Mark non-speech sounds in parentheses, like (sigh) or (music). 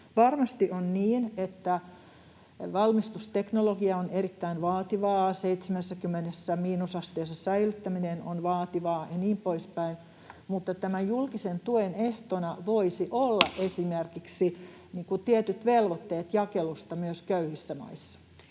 Varmasti on niin, että valmistusteknologia on erittäin vaativaa, 70 miinusasteessa säilyttäminen on vaativaa ja niin poispäin. Mutta tämän julkisen tuen ehtona voisivat olla (noise) esimerkiksi tietyt velvoitteet jakelusta myös köyhissä maissa.